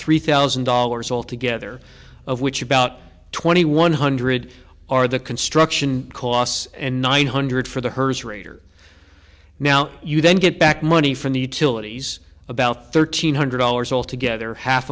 three thousand dollars altogether of which about twenty one hundred are the construction costs and nine hundred for the herds rater now you then get back money from the utilities about thirteen hundred dollars all together half